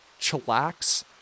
chillax